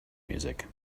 music